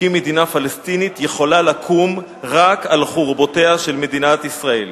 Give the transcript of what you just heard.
כי מדינה פלסטינית יכולה לקום רק על חורבותיה של מדינת ישראל.